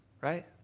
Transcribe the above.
Right